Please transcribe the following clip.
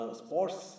sports